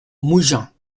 mougins